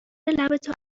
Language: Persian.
لبتو